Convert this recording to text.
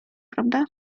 prawda